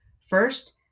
First